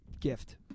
gift